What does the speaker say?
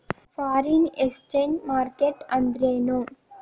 Foreign exchange market ಅಂದ್ರೇನು?